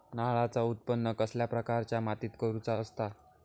नारळाचा उत्त्पन कसल्या प्रकारच्या मातीत करूचा असता?